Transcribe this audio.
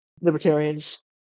Libertarians